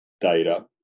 data